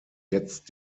jetzt